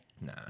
Nah